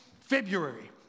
February